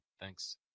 Thanks